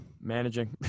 managing